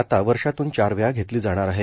आता वर्षात्न चारवेळा घेतली जाणार आहे